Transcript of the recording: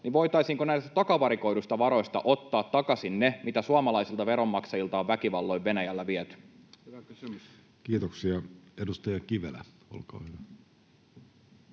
niin voitaisiinko näistä takavarikoiduista varoista ottaa takaisin ne, mitä suomalaisilta veronmaksajilta on väkivalloin Venäjällä viety? [Speech 344] Speaker: